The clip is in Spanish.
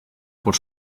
por